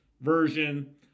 version